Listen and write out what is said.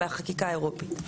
מהחקיקה האירופית.